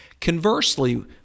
Conversely